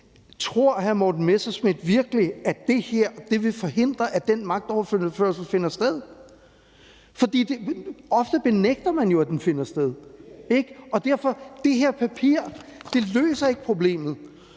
tror hr. Morten Messerschmidt virkelig, at det her vil forhindre, at den magtoverførelse finder sted? Ofte benægter man jo, at den finder sted, og derfor løser det her papir ikke problemet.